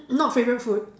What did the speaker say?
not favourite food